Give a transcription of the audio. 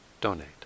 donate